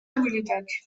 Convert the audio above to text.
habilitats